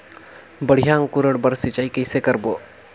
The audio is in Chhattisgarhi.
बढ़िया अंकुरण बर सिंचाई कइसे करबो?